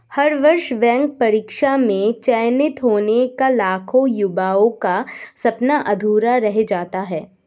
हर वर्ष बैंक परीक्षा में चयनित होने का लाखों युवाओं का सपना अधूरा रह जाता है